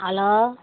hello